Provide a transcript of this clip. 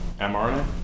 mRNA